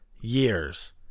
years